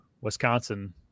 wisconsin